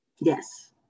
yes